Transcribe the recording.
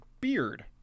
beard